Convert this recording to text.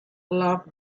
love